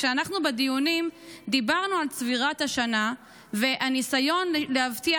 כשבדיונים דיברנו על צבירה השנה ועל ניסיון להבטיח